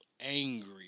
angry